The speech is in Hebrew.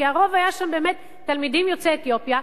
כי הרוב שם היה תלמידים יוצאי אתיופיה.